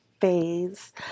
phase